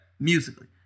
musically